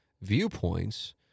viewpoints